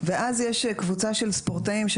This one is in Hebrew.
ואז יש קבוצה של ספורטאים.